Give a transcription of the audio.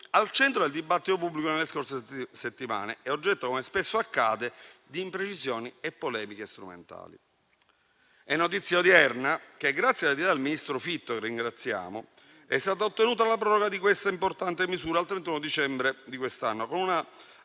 al centro del dibattito pubblico nelle scorse settimane e oggetto, come spesso accade, di imprecisioni e polemiche strumentali. È notizia odierna che, grazie al ministro Fitto, che ringraziamo, è stata ottenuta la proroga di questa importante misura al 31 dicembre di quest'anno, con una